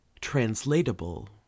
translatable